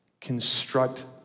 construct